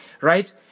right